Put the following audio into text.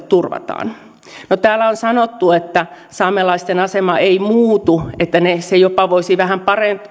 turvataan täällä on sanottu että saamelaisten asema ei muutu että se jopa voisi vähän